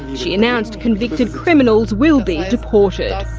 she announced convicted criminals will be deported.